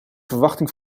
verwachting